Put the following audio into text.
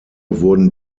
wurden